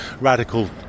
radical